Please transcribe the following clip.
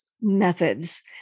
methods